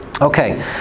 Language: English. Okay